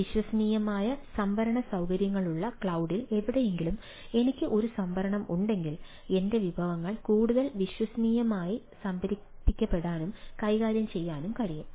വിശ്വസനീയമായ സംഭരണ സൌകര്യങ്ങളുള്ള ക്ലൌഡിൽ എവിടെയെങ്കിലും എനിക്ക് ഒരു സംഭരണം ഉണ്ടെങ്കിൽ എന്റെ വിവരങ്ങൾ കൂടുതൽ വിശ്വസനീയമായി സംഭരിക്കപ്പെടുകയും കൈകാര്യം ചെയ്യാനും കഴിയും